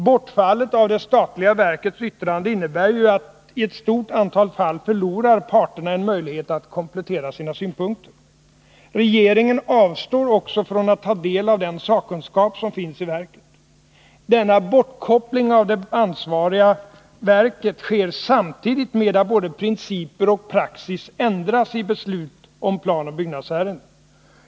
Bortfallet av det statliga verkets yttrande innebär ju att parternai ett stort antal fall förlorar en möjlighet att komplettera sina synpunkter. Regeringen avstår också från att ta del av den sakkunskap som finns i verket. Denna bortkoppling av det ansvariga verket sker samtidigt med att både principer och praxis ändras i beslut om planoch byggnadsärenden.